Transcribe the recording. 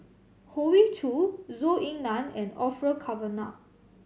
Hoey Choo Zhou Ying Nan and Orfeur Cavenagh